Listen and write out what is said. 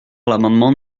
l’amendement